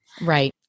Right